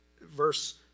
verse